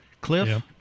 Cliff